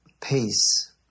Peace